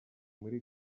muri